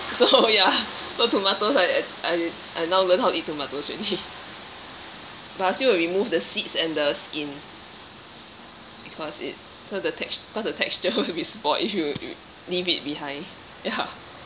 so ya so tomatoes I I I now learned how to eat tomatoes already but I still will remove the seeds and the skin because it because the text~ because the texture will be spoilt if you leave it behind ya